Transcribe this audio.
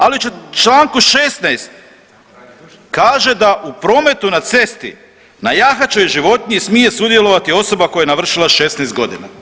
Ali u članku 16. kaže da u prometu na cesti na jahaćoj životinji smije sudjelovati osoba koja je navršila 16 godina.